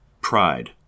pride